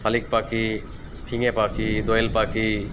শালিক পাখি ফিঙে পাখি দোয়েল পাখি